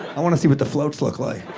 i want to see what the floats look like.